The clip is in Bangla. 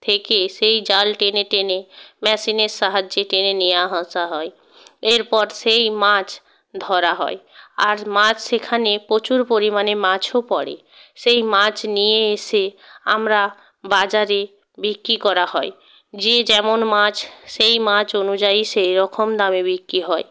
থেকে সেই জাল টেনে টেনে মেশিনের সাহায্যে টেনে নিয়ে আসা হয় এরপর সেই মাছ ধরা হয় আর মাছ সেখানে প্রচুর পরিমাণে মাছও পড়ে সেই মাছ নিয়ে এসে আমরা বাজারে বিক্রি করা হয় যে যেমন মাছ সেই মাছ অনুযায়ী সেইরকম দামে বিক্রি হয়